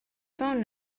phone